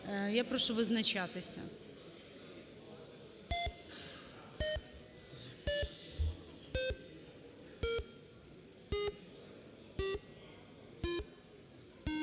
Я прошу визначатися.